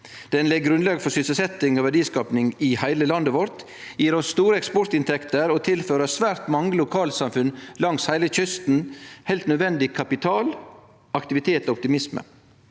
legg grunnlag for sysselsetjing og verdiskaping i heile landet vårt, gjev oss store eksportinntekter og tilfører svært mange lokalsamfunn langs kysten heilt nødvendig kapital, aktivitet og optimisme.